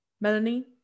Melanie